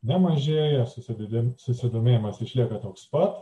nemažėja susideda susidomėjimas išlieka toks pat